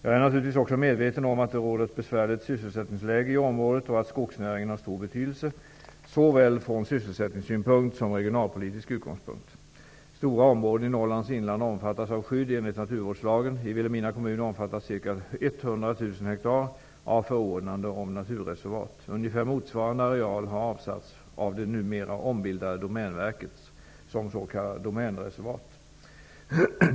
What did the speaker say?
Jag är naturligtvis också medveten om att det råder ett besvärligt sysselsättningsläge i området och att skogsnäringen har stor betydelse, såväl från sysselsättningssynpunkt som från regionalpolitisk utgångspunkt. Stora områden i Norrlands inland omfattas av skydd enligt naturvårdslagen. I Vilhelmina kommun omfattas ca 100 000 hektar av förordnande om naturreservat. Ungefär motsvarande areal har avsatts av det numera ombildade Domänverket som s.k. domänreservat.